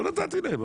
לא נתתי להם.